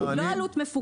היא לא עלות מפוקחת.